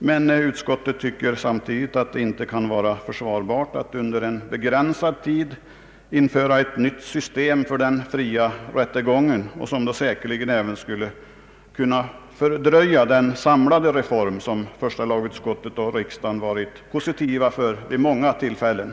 Men utskottet anser samtidigt att det inte kan vara försvarbart att under en begränsad tid införa ett nytt system för den fria rättegången, vilket säkerligen även skulle kunna fördröja den samlade reform som första lagutskottet och riksdagen varit positiva till vid många tillfällen.